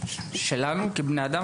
שלנו כבני אדם,